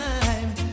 Time